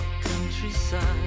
countryside